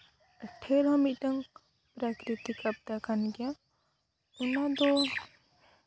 ᱴᱷᱮᱹᱨ ᱦᱚᱸ ᱢᱤᱫᱴᱟᱹᱝ ᱯᱨᱟᱠᱨᱤᱛᱤᱠ ᱟᱵᱫᱟ ᱠᱟᱱ ᱜᱮᱭᱟ ᱚᱱᱟᱫᱚ